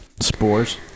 Spores